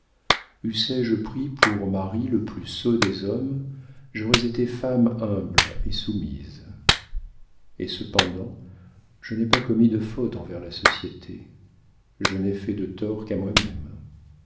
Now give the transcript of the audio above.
eussé-je pris pour mari le plus sot des hommes j'aurais été femme humble et soumise et cependant je n'ai pas commis de fautes envers la société je n'ai fait de tort qu'à moi-même